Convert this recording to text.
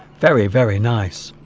very very nice